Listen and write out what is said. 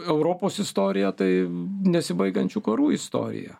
europos istorija tai nesibaigiančių karų istorija